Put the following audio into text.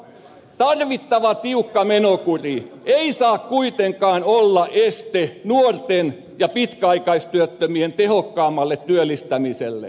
tarvittava tiukka menokuri ei saa kuitenkaan olla este nuorten ja pitkäaikaistyöttömien tehokkaammalle työllistämiselle